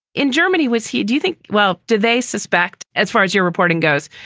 in germany, was he? do you think? well, do they suspect, as far as your reporting goes,